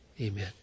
Amen